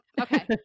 Okay